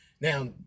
Now